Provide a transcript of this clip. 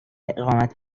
اقامت